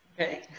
Okay